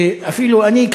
שאפילו אני,